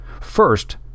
First